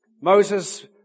Moses